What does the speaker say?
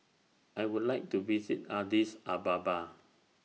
I Would like to visit Addis Ababa